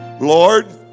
Lord